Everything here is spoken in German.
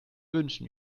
wünschen